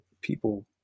people